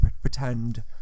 Pretend